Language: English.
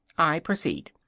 i proceed.